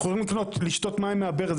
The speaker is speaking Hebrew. אנחנו יכולים לשתות מים מהברז.